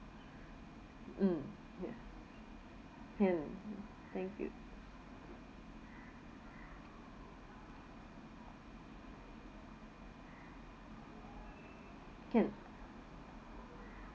mm ya can thank you can